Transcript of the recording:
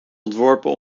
ontworpen